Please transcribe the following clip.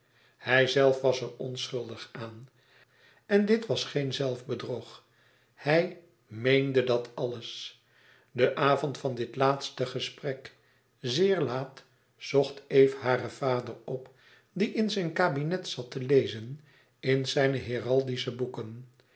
hijzelf was er onschuldig aan en dit was geen zelfbedrog hij meende dat alles den avond van dit laatste gesprek zeer laat zocht eve haren vader op die in zijn kabinet zat te lezen in zijne heraldische boeken